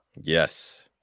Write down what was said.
Yes